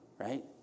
right